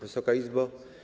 Wysoka Izbo!